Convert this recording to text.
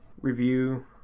Review